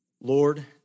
Lord